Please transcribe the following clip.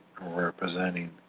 representing